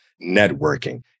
networking